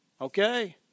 okay